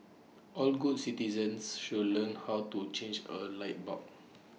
all good citizens should learn how to change A light bulb